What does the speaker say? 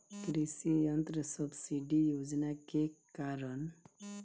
कृषि यंत्र सब्सिडी योजना के कारण?